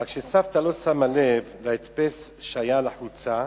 "רק שסבתא לא שמה לב להדפס שהיה על החולצה,